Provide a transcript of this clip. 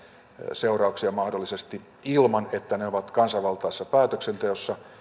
seurauksia mahdollisesti ilman että ne ovat kansanvaltaisessa päätöksenteossa